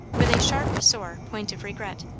with a sharp, sore point of regret.